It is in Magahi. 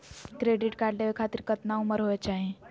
क्रेडिट कार्ड लेवे खातीर कतना उम्र होवे चाही?